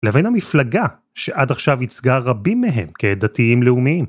לבין המפלגה שעד עכשיו יצגה רבים מהם כדתיים לאומיים.